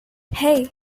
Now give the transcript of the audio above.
hey